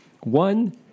One